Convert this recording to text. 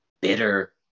bitter